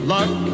Luck